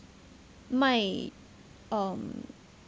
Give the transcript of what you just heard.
卖 um